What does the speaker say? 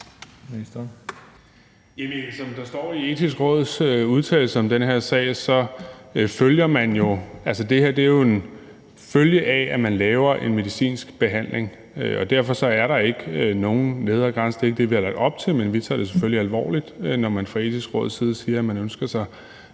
Som der står i Det Etiske Råds udtalelse om den her sag, er det her jo en følge af, at man laver en medicinsk behandling, og derfor er der ikke nogen nedre grænse. Det er ikke det, vi har lagt op til, men vi tager det selvfølgelig alvorligt, når man fra Det Etiske Råds side siger, at man ønsker sig,